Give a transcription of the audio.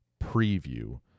preview